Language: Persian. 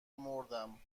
مردم